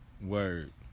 Word